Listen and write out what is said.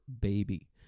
baby